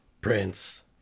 Prince